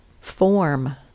form